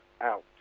out